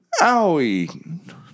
owie